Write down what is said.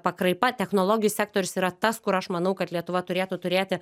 pakraipa technologijų sektorius yra tas kur aš manau kad lietuva turėtų turėti